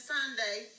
Sunday